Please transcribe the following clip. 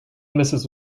mrs